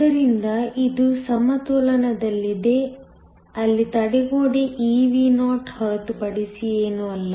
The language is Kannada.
ಆದ್ದರಿಂದ ಇದು ಸಮತೋಲನದಲ್ಲಿದೆ ಅಲ್ಲಿ ತಡೆಗೋಡೆ eVo ಹೊರತುಪಡಿಸಿ ಏನೂ ಅಲ್ಲ